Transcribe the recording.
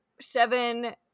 seven